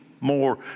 more